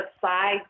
side